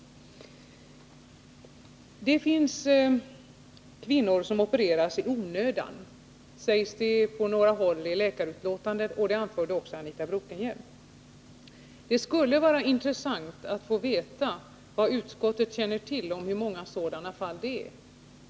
Det finns kvinnor som opereras i onödan, sägs det på några håll i läkarutlåtanden, och det anförde också Anita Bråkenhielm. Det skulle vara intressant att få veta vad utskottet känner till om hur många sådana fall som finns.